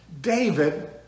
David